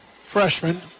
freshman